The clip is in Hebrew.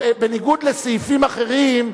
בניגוד לסעיפים אחרים,